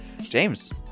James